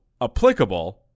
applicable